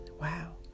Wow